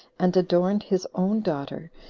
and adorned his own daughter,